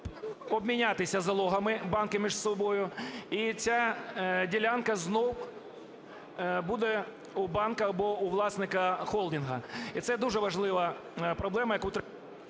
обмінятися залогами банки між собою і ця ділянка знову буде у банка або у власника холдингу. І це дуже важлива проблема, яку…